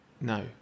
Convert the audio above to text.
no